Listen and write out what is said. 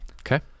Okay